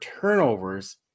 turnovers